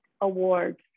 awards